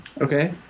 Okay